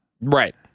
Right